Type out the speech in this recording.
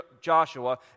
Joshua